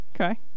Okay